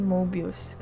Mobius